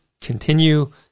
continue